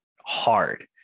hard